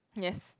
yes